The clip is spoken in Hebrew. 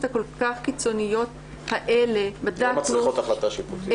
הכול כך קיצוניות האלה --- לא מצריכות החלטת שיפוטית.